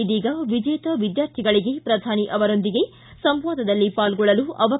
ಇದೀಗ ವಿಜೇತ ವಿದ್ಯಾರ್ಥಿಗಳಿಗೆ ಪ್ರಧಾನಿ ಅವರೊಂದಿಗೆ ಸಂವಾದದಲ್ಲಿ ಪಾಲ್ಗೊಳ್ಳಲು ಅವಕಾಶ ಲಭಿಸಿದೆ